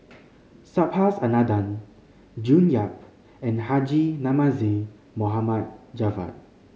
Subhas Anandan June Yap and Haji Namazie Javad